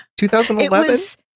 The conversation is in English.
2011